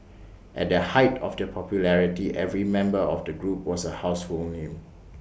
at the height of their popularity every member of the group was A house own new